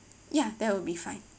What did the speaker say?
ya that will be fine